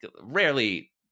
rarely